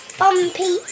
bumpy